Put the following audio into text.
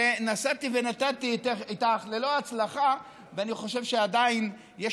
ונשאתי ונתתי איתך ללא הצלחה ואני חושב שעדיין יש